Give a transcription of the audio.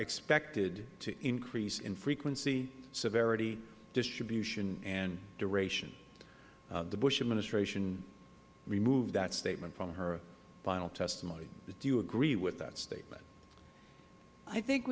expected to increase in frequency severity distribution and duration the bush administration removed that statement from her final testimony do you agree with that statement